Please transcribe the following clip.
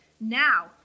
now